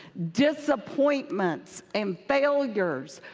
disappointments, and failures,